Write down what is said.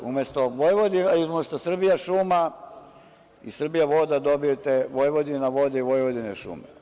Umesto Vojvodina i umesto „Srbijašuma“ i „Srbijavoda“, dobijate „Vojvodina vode“ i „Vojvodina šume“